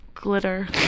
Glitter